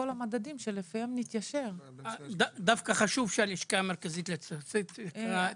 לסטטיסטיקה תדבר.